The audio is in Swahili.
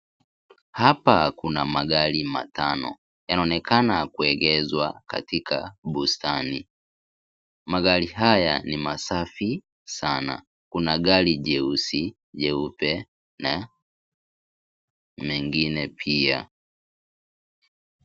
Hapa kuna magari matano. Yanaonekana kuegeshwa katika bustani. Magari haya ni masafi sana. Kuna gari jeusi, jeupe na mengine pia.